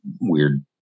weird